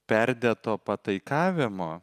perdėto pataikavimo